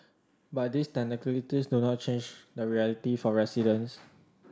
but these technicalities do not change the reality for residents